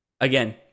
Again